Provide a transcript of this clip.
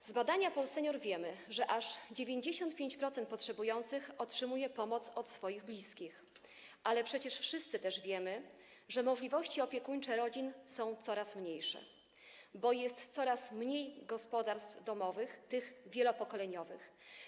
Dzięki badaniu PolSenior wiemy, że aż 95% potrzebujących otrzymuje pomoc od swoich bliskich, ale przecież wszyscy też wiemy, że możliwości opiekuńcze rodzin są coraz mniejsze, bo jest coraz mniej gospodarstw domowych wielopokoleniowych.